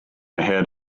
ahead